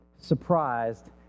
surprised